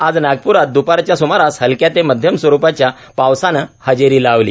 आज नागपुरात दुपारच्या सुमारास हलक्या ते मध्यम स्वरूपाच्या पावसानं हजेरी लावली